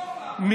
איפה אורבך?